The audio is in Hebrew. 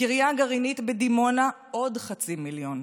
הקריה הגרעינית בדימונה, עוד חצי מיליון.